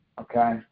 okay